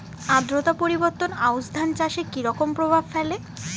আদ্রতা পরিবর্তন আউশ ধান চাষে কি রকম প্রভাব ফেলে?